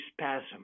spasm